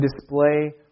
display